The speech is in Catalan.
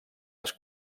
les